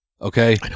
okay